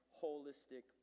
holistic